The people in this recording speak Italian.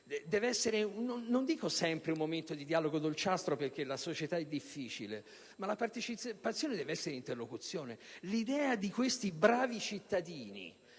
non sempre sarà un momento di dialogo dolciastro, perché la nostra società è difficile, ma la partecipazione deve essere interlocuzione. L'idea di questi bravi cittadini